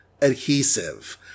adhesive